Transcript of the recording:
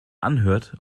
anhört